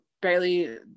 barely